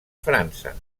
frança